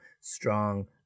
strong